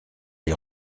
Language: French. les